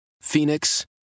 Phoenix